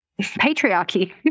patriarchy